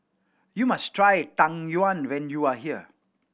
you must try Tang Yuen when you are here